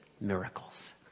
miracles